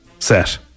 set